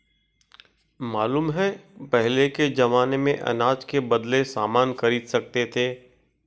मालूम है पहले के जमाने में अनाज के बदले सामान खरीद सकते थे